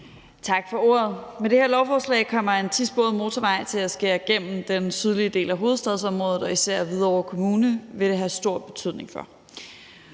Tak for ordet. Med det her lovforslag kommer en tisporet motorvej til at skære igennem den sydlige del af hovedstadsområdet, og især Hvidovre Kommune vil det have stor betydning for.